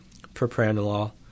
propranolol